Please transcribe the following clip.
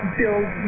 build